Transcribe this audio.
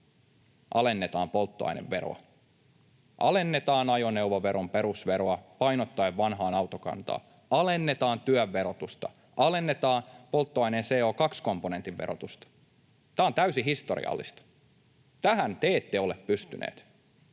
alennetaan polttoaineveroa, alennetaan ajoneuvoveron perusveroa painottuen vanhaan autokantaan, alennetaan työn verotusta, alennetaan polttoaineen CO2-komponentin verotusta. Tämä on täysin historiallista. Tähän te ette ole pystyneet,